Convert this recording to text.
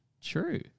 True